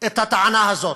את הטענה הזאת,